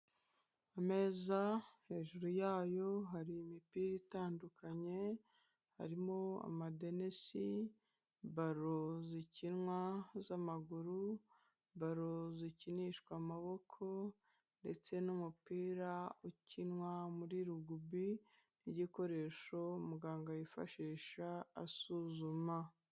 Ameza hejuru yayo hari imipira itandukanye, harimo amadenisi, baro zikinwa z'amaguru, baro zikinishwa amaboko ndetse n'umupira ukinwa muri rugubi, n'igikoresho muganga yifashisha asuzuma.